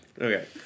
Okay